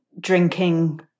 drinking